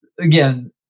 again